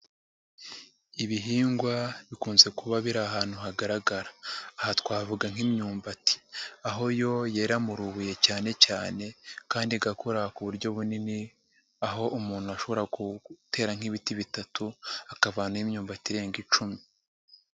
Ibihingwa bikunze kuba biri ahantu hagaragara aha twavuga nk'imyumbati aho yo yera mu rubuye cyane cyane kandi igakura ku buryo bunini, aho umuntu ashobora gutera nk'ibiti bitatu akavanaho imyumbati irenga icumi.